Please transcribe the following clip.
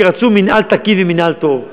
כי רצו מינהל תקין ומינהל טוב,